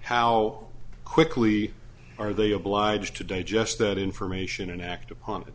how quickly are they obliged to digest that information and act upon it